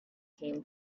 came